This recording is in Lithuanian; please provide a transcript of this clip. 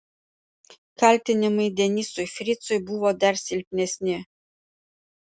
kaltinimai denisui fricui buvo dar silpnesni